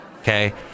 okay